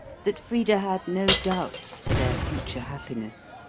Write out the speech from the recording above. that frida had no doubts for their future happiness.